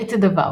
אחרית דבר